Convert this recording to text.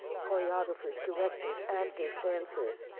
choreographers, directors, actors, dancers.